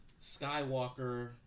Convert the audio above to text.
skywalker